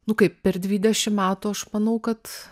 nu kaip per dvidešim metų aš manau kad